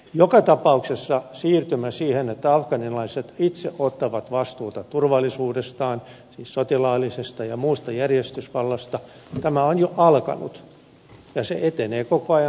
joka tapauksessa siirtymä siihen että afganistanilaiset itse ottavat vastuuta turvallisuudestaan siis sotilaallisesta ja muusta järjestysvallasta on jo alkanut ja se etenee koko ajan